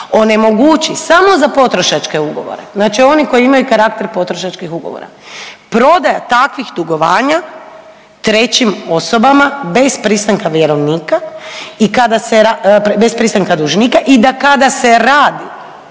onemogući samo za potrošačke ugovore, znači oni koji imaju karakter potrošačkih ugovora. Prodaja takvih dugovanja trećim osobama bez pristanka vjerovnika i kada se,